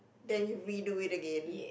then you redo it again